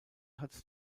hat